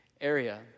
area